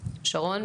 שרון,